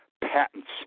patents